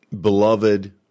beloved